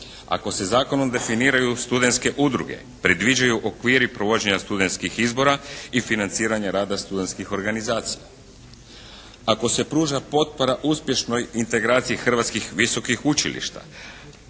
ako se zakonom definiraju studentske udruge, predviđaju okviri provođenja studentskih izbora i financiranje rada studentskih organizacija. Ako se pruža potpora uspješnoj integraciji hrvatskih visokih učilišta,